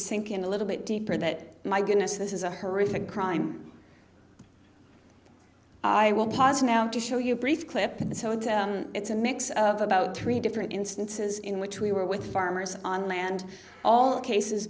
sink in a little bit deeper that my goodness this is a horrific crime i will cause now to show you a brief clip and so it's a mix of about three different instances in which we were with farmers on land all cases